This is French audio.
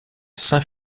saint